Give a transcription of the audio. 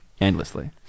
endlessly